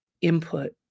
input